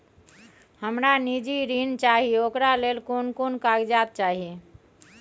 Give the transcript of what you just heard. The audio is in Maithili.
हमरा निजी ऋण चाही ओकरा ले कोन कोन कागजात चाही?